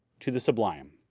to the sublime,